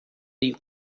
die